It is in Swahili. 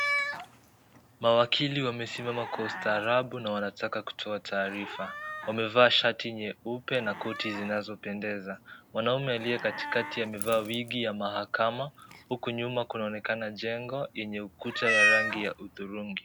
Mawakili wamesimama kwa ustaarabu na wanataka kutoa taarifa, wamevaa shati nyeupe na koti zinazopendeza. Mwanaume aliye katikati amevaa wigi ya mahakama, huku nyuma kunaonekana jengo yenye ukuta ya hudhurungi.